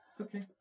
Okay